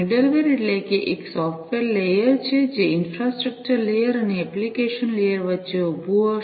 middleware એટલે કે તે એક સોફ્ટવેર લેયર છે જે ઈન્ફ્રાસ્ટ્રક્ચર લેયર અને એપ્લીકેશન લેયર વચ્ચે ઉભું હશે